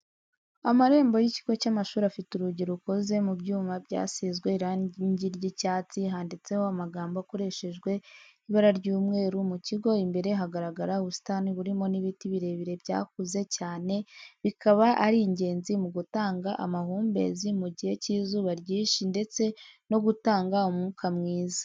Amarembo y'ikigo cy'amashuri afite urugi rukoze mu byuma byasizwe irangi ry'icyatsi handitseho amagambo akoreshejwe ibara ry'umweru, mu kigo imbere hagaragara ubusitani burimo n'ibiti birebire byakuze cyane bikaba ari ingenzi mu gutanga amahumbezi mu gihe cy'izuba ryinshi ndetse no gutanga umwuka mwiza.